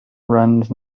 runs